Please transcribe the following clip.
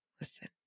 listen